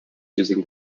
using